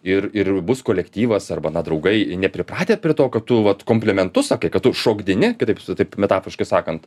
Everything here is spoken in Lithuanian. ir ir bus kolektyvas arba na draugai nepripratę prie to kad tu vat komplimentus sakai kad tu šokdini kitaip taip metaforiškai sakant